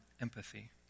empathy